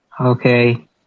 Okay